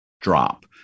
drop